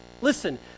Listen